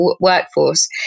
workforce